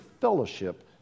fellowship